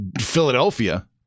Philadelphia